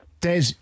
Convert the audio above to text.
Des